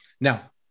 Now